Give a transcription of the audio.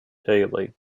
daily